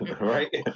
Right